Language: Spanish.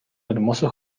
hermoso